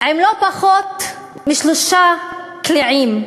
עם לא פחות משלושה קליעים,